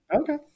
Okay